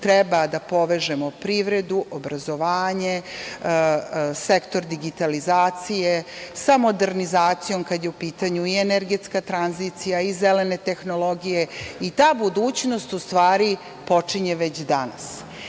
treba da povežemo privredu, obrazovanje, sektor digitalizacije sa modernizacijom, kada je u pitanju i energetska tranzicija i zelene tehnologije i ta budućnost u stvari počinje već danas. Kada